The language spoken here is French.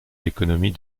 l’économie